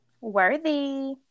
worthy